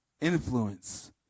influence